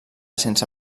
sense